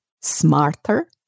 smarter